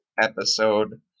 episode